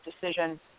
decision